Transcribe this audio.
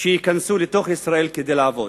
להיכנס לתוך ישראל כדי לעבוד.